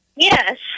Yes